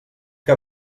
que